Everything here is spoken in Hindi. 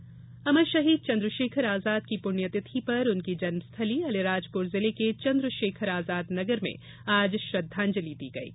आजाद पुण्यतिथि अमर शहीद चंद्रशेखर आजाद की प्रण्यतिथि पर उनकी जन्मस्थली अलीराजपुर जिले के चंद्रशेखर आजाद नगर में आज श्रद्धांजलि दी गयी